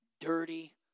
dirty